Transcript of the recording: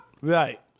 Right